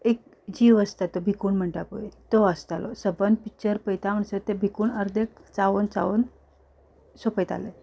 एक जीव आसता तो भिकूण म्हणटा पळय तो आसतालो सबंद पिच्चर पळयता म्हणसर तें भिकूण अर्दे चावून चावून सोंपयताले